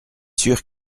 sûr